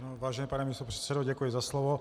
Vážený pane místopředsedo, děkuji za slovo.